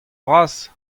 vras